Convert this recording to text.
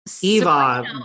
Eva